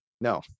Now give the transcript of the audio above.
No